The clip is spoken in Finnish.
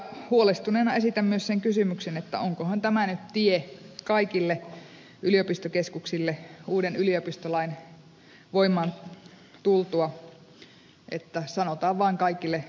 huolestuneena esitän myös sen kysymyksen onkohan tämä nyt tie kaikille yliopistokeskuksille uuden yliopistolain voimaan tultua että sanotaan vaan kaikille